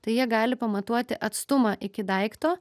tai jie gali pamatuoti atstumą iki daikto